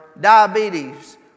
diabetes